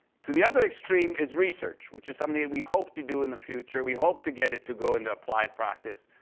to the other extreme is research, which is something that we hope to do in the future we hope to get it to go into applied practice.